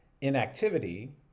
inactivity